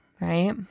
right